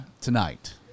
tonight